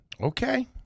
Okay